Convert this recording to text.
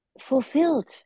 fulfilled